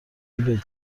یکی